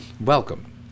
Welcome